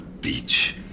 beach